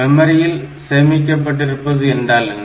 மெமரியில் சேமிக்கப்பட்டிருப்பது என்றால் என்ன